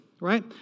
Right